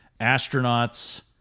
astronauts